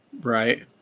Right